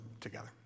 together